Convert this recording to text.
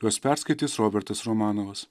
juos perskaitys robertas romanovas